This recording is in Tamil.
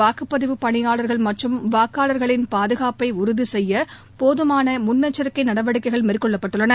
வாக்குப்பதிவுப் பணியாளர்கள் மற்றும் வாக்காளர்களின் பாதுகாப்பை உறுதி செய்ய போதுமான முன்னெச்சரிக்கை நடவடிக்கைகள் மேற்கொள்ளப்பட்டுள்ளன